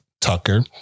Tucker